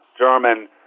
German